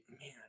man